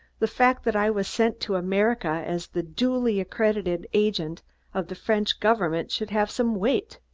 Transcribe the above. the fact that i was sent to america as the duly accredited agent of the french government should have some weight.